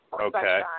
Okay